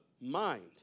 mind